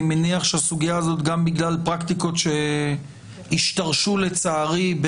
מניח שהסוגייה הזאת גם בגלל פרקטיקות שלצערי השתרשו.